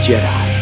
Jedi